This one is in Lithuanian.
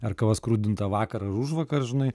ar kava skrudinta vakar ar užvakar žinai